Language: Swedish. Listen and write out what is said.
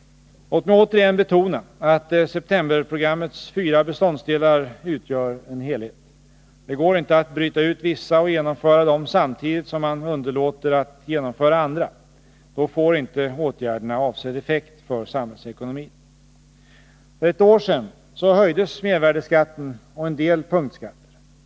Låt mig återigen betona att septemberprogrammets fyra beståndsdelar utgör en helhet. Det går inte att bryta ut vissa och genomföra dem samtidigt som man underlåter att genomföra andra. Då får inte åtgärderna avsedd effekt för samhällsekonomin. För ett år sedan höjdes mervärdeskatten och en del punktskatter.